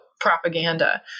propaganda